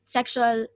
Sexual